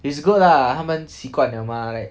it's good lah 他们习惯了 mah like